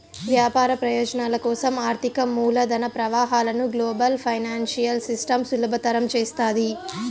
వ్యాపార ప్రయోజనాల కోసం ఆర్థిక మూలధన ప్రవాహాలను గ్లోబల్ ఫైనాన్సియల్ సిస్టమ్ సులభతరం చేస్తాది